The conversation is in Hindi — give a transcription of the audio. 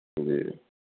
जी